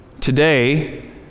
today